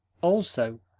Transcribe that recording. also,